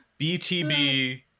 BTB